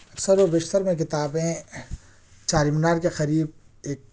اکثر و بیشتر میں کتابیں چار مینار کے قریب ایک